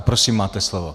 Prosím, máte slovo.